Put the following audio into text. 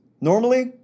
Normally